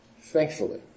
Thankfully